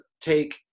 take